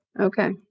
Okay